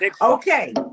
Okay